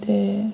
ते